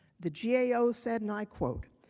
the gao said, and i quote,